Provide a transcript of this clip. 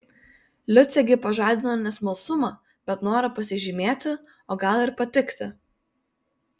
liucė gi pažadino ne smalsumą bet norą pasižymėti o gal ir patikti